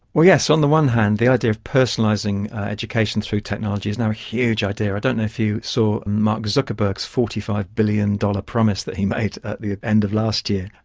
yes, on the one hand the idea of personalising education through technology is now a huge idea. i don't know if you saw mark zuckerberg's forty five billion dollars promise that he made at the end of last year.